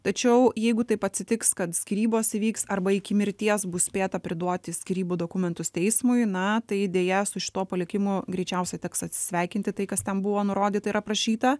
tačiau jeigu taip atsitiks kad skyrybos įvyks arba iki mirties bus spėta priduoti skyrybų dokumentus teismui na tai deja su šituo palikimu greičiausia teks atsisveikinti tai kas ten buvo nurodyta ir aprašyta